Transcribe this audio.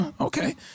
okay